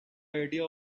idea